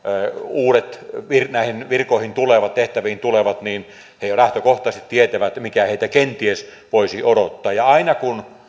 uudet näihin virkoihin tulevat tehtäviin tulevat jo lähtökohtaisesti tietävät mikä heitä kenties voisi odottaa ja aina kun